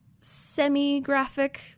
semi-graphic